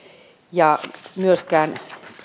ja myöskään